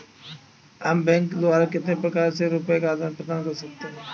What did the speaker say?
हम बैंक द्वारा कितने प्रकार से रुपये का आदान प्रदान कर सकते हैं?